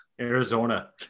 arizona